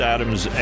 Adams